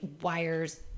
Wires